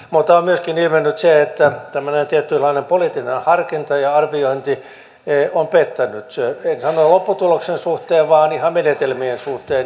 mutta on myöskin ilmennyt että tämmöinen tietynlainen poliittinen harkinta ja arviointi on pettänyt en sano lopputuloksen suhteen vaan ihan menetelmien suhteen